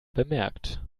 bemerkt